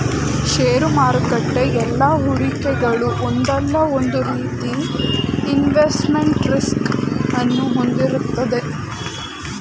ಷೇರು ಮಾರುಕಟ್ಟೆ ಎಲ್ಲಾ ಹೂಡಿಕೆಗಳು ಒಂದಲ್ಲ ಒಂದು ರೀತಿಯ ಇನ್ವೆಸ್ಟ್ಮೆಂಟ್ ರಿಸ್ಕ್ ಅನ್ನು ಹೊಂದಿರುತ್ತದೆ